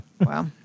wow